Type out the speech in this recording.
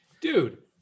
Dude